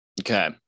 Okay